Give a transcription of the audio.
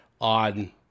on